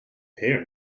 pear